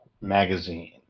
Magazine